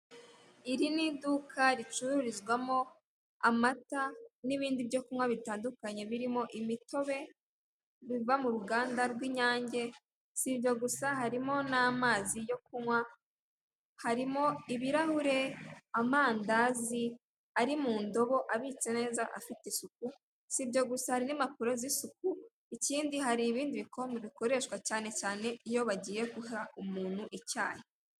Iri n'iduka ricururizwamo amata n'ibindi byo kunywa bitandukanye birimo imitobe iba m'uruganda rw' inyange ,sibyo gusa harimo n'amazi yo kunywa, harimo ibirahure, amandazi ari mundobo abitse neza afite isuku, sibyo gusa hari impapuro zisukura ikindi hari ibikombe bikoresha cyane cyane iyo bagiye guha umuntu icyayi.